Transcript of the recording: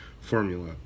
formula